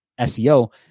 seo